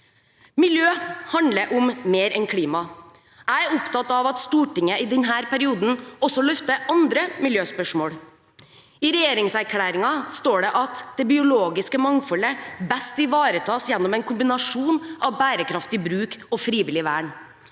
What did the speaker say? Miljø handler om mer enn klima. Jeg er opptatt av at Stortinget i denne perioden også løfter andre miljøspørsmål. I regjeringserklæringen står det at det biologiske mangfoldet «best ivaretas gjennom en kombinasjon av bærekraftig bruk og frivillig vern».